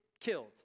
killed